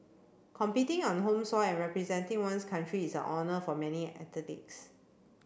competing on home soil and representing one's country is a honour for many athletes